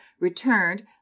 returned